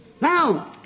Now